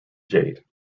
jade